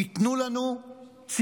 ייתנו לנו ציוותים,